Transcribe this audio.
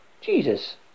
Jesus